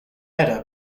edda